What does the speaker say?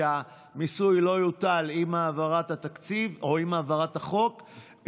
שהמיסוי לא יוטל עם העברת התקציב או עם העברת החוק,